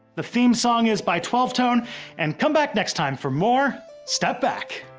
the theme song is by twelve tone and come back next time for more step back.